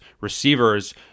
receivers